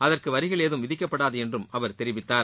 அதற்கு வரிகள் ஏதும் விதிக்கப்படாது என்றும் அவர் தெரிவித்தார்